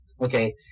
okay